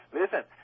Listen